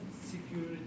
security